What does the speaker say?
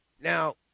Now